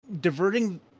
diverting